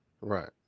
Right